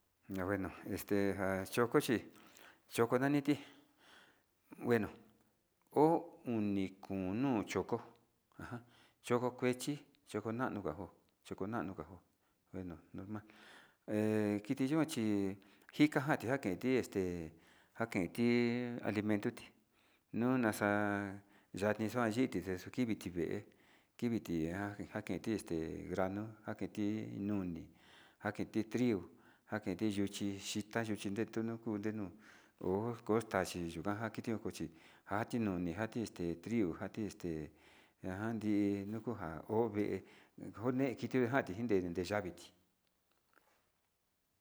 A bueno este njachokochi chokaniti bueno ho oni ko'ó no choko ajan choko kuechi choko nano njo choko nga bueno kona kiti yikuan chí njika kandi kuakenti este kuanjenti alimento tí nunda yati yuan xhiti ndexukivi vée kiviti nja njakenti este grano njakenti noni njakenti trigo njakenti yuchi xhita yuxhi retó yuni kuu ndeon ho kotachi yukanja kiti xheon njochi njati noni nja njati este trigo njati este njakandi nokonja hó vée one kiti njati ndeyaviti.